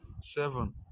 seven